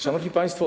Szanowni Państwo!